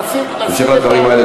בהמשך לדברים האלה,